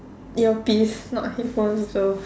earpiece not headphones though